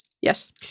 Yes